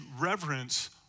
reverence